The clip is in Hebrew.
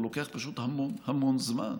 הוא לוקח פשוט המון המון זמן.